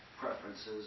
preferences